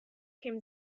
him